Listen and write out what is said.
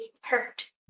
hurt